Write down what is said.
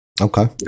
Okay